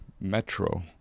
Metro